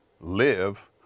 live